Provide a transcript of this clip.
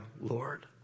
Lord